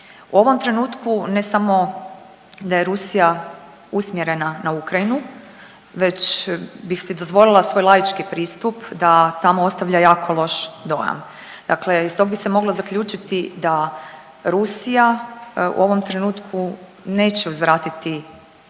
U ovom trenutku ne samo da je Rusija usmjerena na Ukrajinu, već bih si dozvolila svoj laički pristup da tamo ostavlja jako loš dojam. Dakle, iz toga bi se moglo zaključiti da Rusija u ovom trenutku neće uzvratiti vojnom